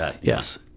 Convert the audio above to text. yes